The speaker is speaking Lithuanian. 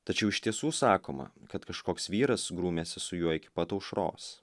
tačiau iš tiesų sakoma kad kažkoks vyras grūmėsi su juo iki pat aušros